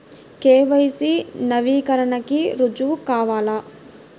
KYC నవీకరణకి రుజువు కావాలా?